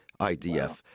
IDF